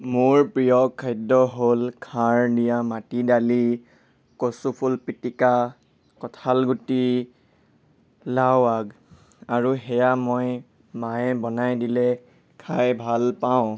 মোৰ প্ৰিয় খাদ্য হ'ল খাৰ দিয়া মাটি দালি কচুফুল পিটিকা কঠাল গুটি লাও আগ আৰু সেয়া মই মায়ে বনাই দিলে খাই ভাল পাওঁ